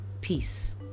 peace